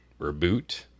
Reboot